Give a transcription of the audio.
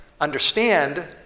understand